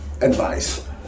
Advice